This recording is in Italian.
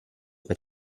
per